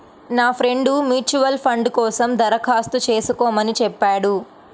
నా friend mutual fund కోసం దరఖాస్తు చేస్కోమని చెప్పాడు